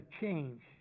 change